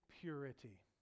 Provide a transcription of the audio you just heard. purity